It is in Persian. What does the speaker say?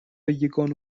یگانه